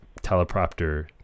teleprompter